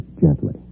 gently